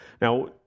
Now